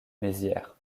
mézières